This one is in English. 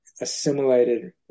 assimilated